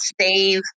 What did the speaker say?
save